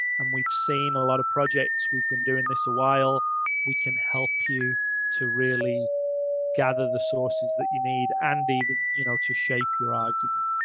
and we've seen a lot of projects we've been doing this awhile we can help you to really gather the sources that you need and even, you know, to shape your argument.